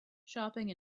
shopping